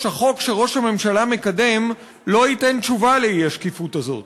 החוק שראש הממשלה מקדם לא ייתן תשובה לאי-שקיפות הזאת.